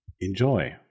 enjoy